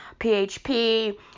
PHP